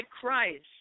Christ